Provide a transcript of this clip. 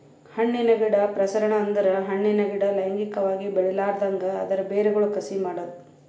ಹಣ್ಣಿನ ಗಿಡ ಪ್ರಸರಣ ಅಂದುರ್ ಹಣ್ಣಿನ ಗಿಡ ಲೈಂಗಿಕವಾಗಿ ಬೆಳಿಲಾರ್ದಂಗ್ ಅದರ್ ಬೇರಗೊಳ್ ಕಸಿ ಮಾಡದ್